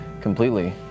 completely